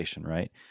right